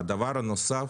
והדבר הנוסף,